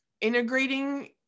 integrating